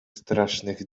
strasznych